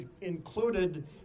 included